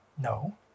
No